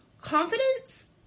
confidence